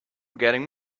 getting